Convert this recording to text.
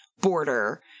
border